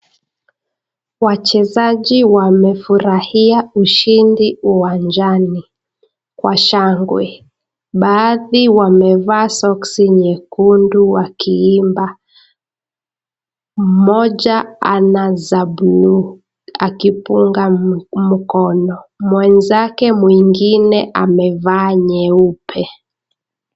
Wachezaji wamefurahia ushindi uwanjani, kwa shangwe, baadhi wamevaa soksi nyekundu wakiimba, moja anazi akifunga mkono, mwenzake mwingine amevaa nyeupe.